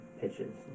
pitches